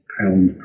pound